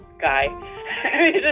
guy